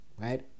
right